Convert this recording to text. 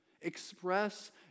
Express